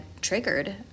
triggered